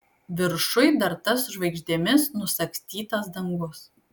viršuj dar tas žvaigždėmis nusagstytas dangus